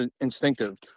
instinctive